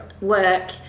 work